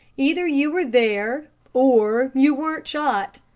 either you were there or you weren't shot.